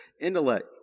intellect